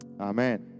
Amen